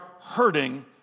hurting